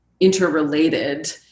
interrelated